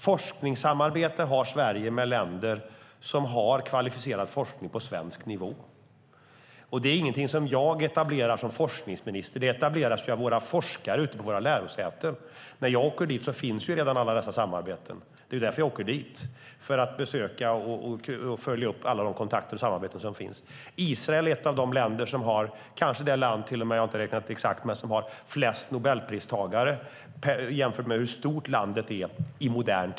Forskningssamarbete har Sverige med länder som har kvalificerad forskning på svensk nivå. Det är inget som jag etablerar som forskningsminister. Det etableras av våra forskare på våra lärosäten. När jag åker dit finns redan alla dessa samarbeten. Jag åker dit för att följa upp kontakter och samarbeten. Israel är kanske ett av de länder som har flest Nobelpristagare i modern tid - jag har inte räknat exakt - i relation till hur stort landet är.